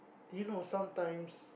you know sometimes